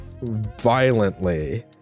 violently